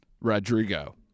Rodrigo